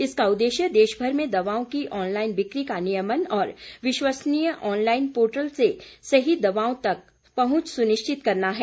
इसका उद्देश्य देशभर में दवाओं की ऑनलाईन बिक्री का नियमन और विश्वसनीय ऑनलाईन पोर्टल से सही दवाओं तक पहुंच सुनिश्चित करना है